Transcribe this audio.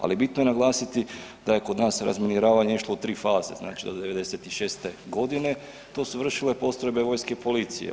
Ali bitno je naglasiti da je kod nas razminiravanje išlo u tri faze, znači do 1996. godine to su vršile postrojbe vojske i policije.